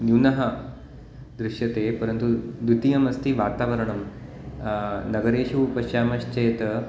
न्यूनः दृश्यते परन्तु द्वितीयम् अस्ति वातावरणं नगरेषु पश्यामश्चेत्